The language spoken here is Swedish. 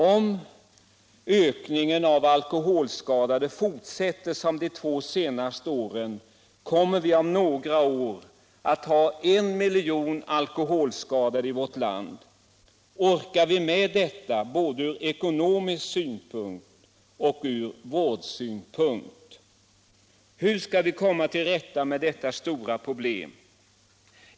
Om ökningen av antalet alkoholskadade fortsätter som de två senaste åren, kommer vi om några år att ha en miljon alkoholskadade i vårt land. Orkar vi med detta både från ekonomisk synpunkt och från vårdsynpunkt? Hur skall vi komma till rätta med detta stora problem?